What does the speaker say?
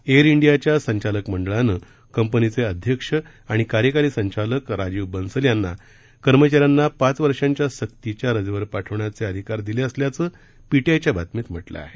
air डियाच्या संचालक मंडळानं कंपनीचे अध्यक्ष आणि कार्यकारी संचालक राजीव बन्सल यांना कर्मचाऱ्यांना पाच वर्षांच्या सक्तीच्या रजेवर पाठवण्याचे अधिकार दिले असल्याचं पीटीआयच्या बातमीत म्हटलं आहे